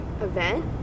event